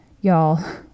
y'all